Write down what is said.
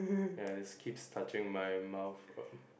ya it keeps touching my mouth um